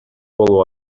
болуп